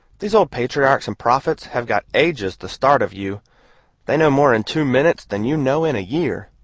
these old patriarchs and prophets have got ages the start of you they know more in two minutes than you know in a year.